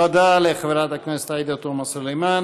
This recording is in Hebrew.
תודה לחברת הכנסת עאידה תומא סלימאן.